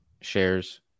shares